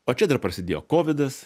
o čia dar prasidėjo kovidas